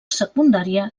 secundària